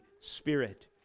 Spirit